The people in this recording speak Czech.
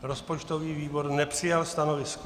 Rozpočtový výbor nepřijal stanovisko.